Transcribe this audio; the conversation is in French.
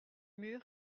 mur